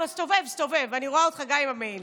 תסתובב, תסתובב, אני רואה אותך גם עם המעיל.